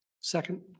Second